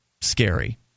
scary